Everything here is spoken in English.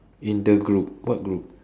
in the group what group